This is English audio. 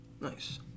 Nice